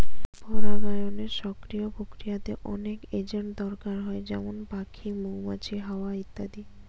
পরাগায়নের সক্রিয় প্রক্রিয়াতে অনেক এজেন্ট দরকার হয় যেমন পাখি, মৌমাছি, হাওয়া ইত্যাদি